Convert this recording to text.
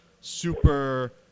super